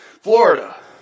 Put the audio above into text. Florida